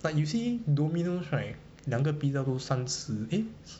but you see Domino's right 两个 pizza 都三次 eh